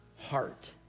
heart